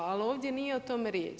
Ali ovdje nije o tome riječ.